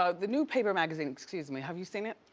ah the new paper magazine, excuse me. have you seen it?